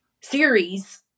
series